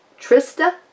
Trista